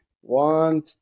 one